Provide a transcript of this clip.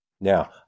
Now